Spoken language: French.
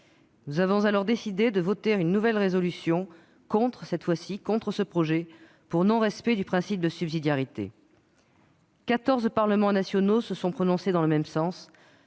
Nous avons alors décidé de voter une nouvelle résolution, cette fois-ci contre ce projet, pour non-respect du principe de subsidiarité. Quatorze parlements nationaux se sont prononcés dans le même sens,